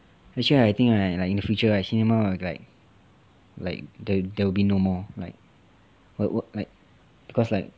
actually right I think right like in the future right cinema will like like there there will be no more like what what like cause like